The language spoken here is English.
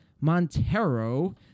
Montero